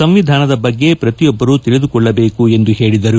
ಸಂವಿಧಾನದ ಬಗ್ಗೆ ಪ್ರತಿಯೊಬ್ಲರು ತಿಳಿದುಕೊಳ್ಟದೇಕು ಎಂದು ಹೇಳಿದರು